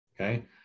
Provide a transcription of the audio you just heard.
Okay